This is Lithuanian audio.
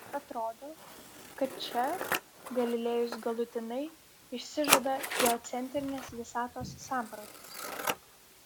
atrodo kad čia galilėjus galutinai išsižada geocentrinės visatos sampratos